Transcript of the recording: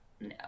no